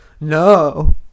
no